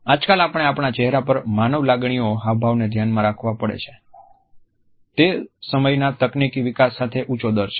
આજકાલ આપણે આપણા ચહેરા પર માનવ લાગણીઓના હાવભાવને ધ્યાનમાં રાખવાપડે છે તે સમયના તકનીકી વિકાસ સાથે ઊંચો દર છે